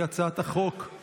חוק